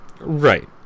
Right